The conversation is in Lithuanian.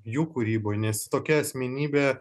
jų kūryboj nes ji tokia asmenybė